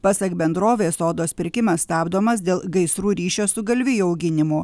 pasak bendrovės odos pirkimas stabdomas dėl gaisrų ryšio su galvijų auginimu